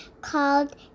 called